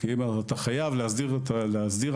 כי אם אתה חייב להסדיר את הענף,